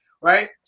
right